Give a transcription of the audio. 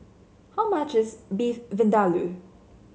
how much is Beef Vindaloo